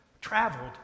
traveled